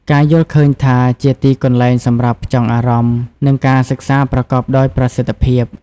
ការយល់ឃើញថាជាទីកន្លែងសម្រាប់ផ្ចង់អារម្មណ៍ និងការសិក្សាប្រកបដោយប្រសិទ្ធភាព។